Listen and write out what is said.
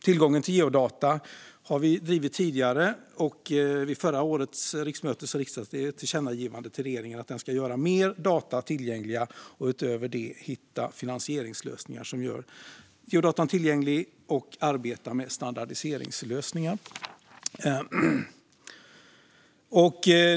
Tillgången till geodata har vi drivit tidigare, och vid förra årets riksmöte riktades ett tillkännagivande till regeringen att den ska göra mer data tillgängliga och utöver det hitta finansieringslösningar som gör geodata tillgängliga och arbeta med standardiseringslösningar.